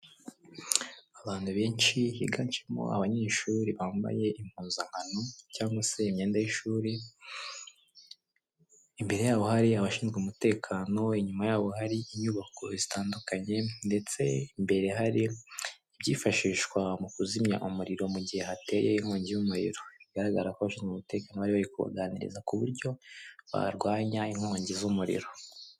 Abantu benshi higanjemo abanyeshuri bambaye impuzankano cyangwa se imyenda y'ishuri, imbere yabo hari abashinzwe umutekano inyuma yabo hari inyubako zitandukanye ndetse imbere hari ibyifashishwa mu kuzimya umuriro mu gihe hateye inkongi y'umuriro igaragara ko mu umutekano yo kuganiriza ku buryo barwanya inkongi z'umuriro.